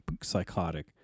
psychotic